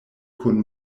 kun